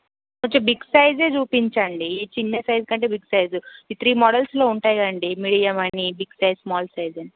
కొంచెం బిగ్ సైజే చూపించండి ఇది చిన్న సైజ్ కంటే బిగ్ సైజ్ ఇది త్రీ మోడల్స్లో ఉంటాయి కదండీ మీడియం అని బిగ్ సైజ్ స్మాల్ సైజ్ అని